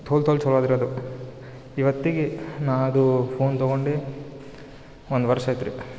ಥೋಲ್ ಥೋಲ್ ಚಲೋ ಅದ ರೀ ಅದು ಇವತ್ತಿಗೆ ನಾ ಅದು ಫೋನ್ ತಗೊಂಡು ಒಂದು ವರ್ಷ ಆಯಿತ್ರಿ